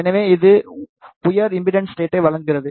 எனவே இது உயர் இம்படன்ட் ஸ்டேட்டை வழங்குகிறது